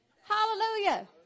Hallelujah